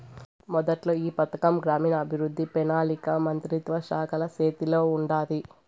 మొదట్ల ఈ పథకం గ్రామీణాభవృద్ధి, పెనాలికా మంత్రిత్వ శాఖల సేతిల ఉండాది